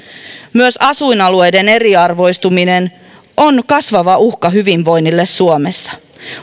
myös asuinalueiden eriarvoistuminen on kasvava uhka hyvinvoinnille suomessa